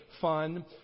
fun